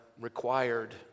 required